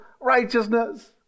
righteousness